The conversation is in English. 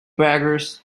braggers